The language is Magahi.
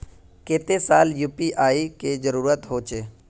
केते साल में यु.पी.आई के जरुरत होचे?